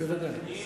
משרד הפנים,